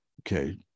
Okay